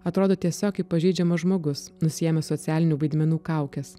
atrodo tiesiog kaip pažeidžiamas žmogus nusiėmęs socialinių vaidmenų kaukes